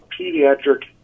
pediatric